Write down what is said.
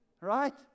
right